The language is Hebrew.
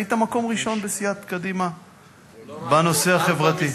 היית מקום ראשון בסיעת קדימה בנושא החברתי.